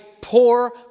poor